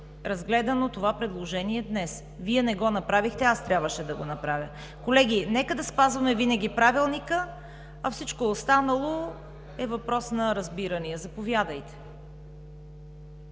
разгледано това предложение днес? Вие не го направихте, аз трябваше да го направя. Колеги, нека да спазваме винаги Правилника. Всичко останало е въпрос на разбирания. Заповядайте.